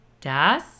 Das